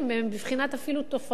הם בבחינת אפילו תופעות.